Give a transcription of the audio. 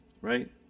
Right